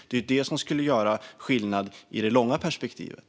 Det ju det som skulle göra skillnad i det långa perspektivet.